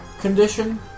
condition